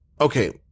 okay